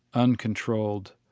uncontrolled,